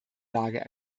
lage